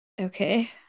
Okay